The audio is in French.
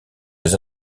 les